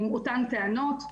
אותן טענות.